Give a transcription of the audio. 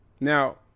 Now